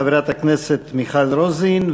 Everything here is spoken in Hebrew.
חברת הכנסת מיכל רוזין.